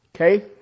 Okay